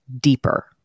deeper